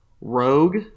rogue